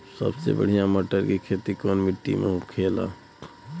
सबसे बढ़ियां मटर की खेती कवन मिट्टी में होखेला?